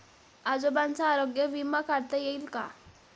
आजोबांचा आरोग्य विमा काढता येईल का?